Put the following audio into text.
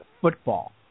football